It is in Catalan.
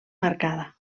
marcada